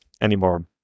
anymore